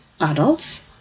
adults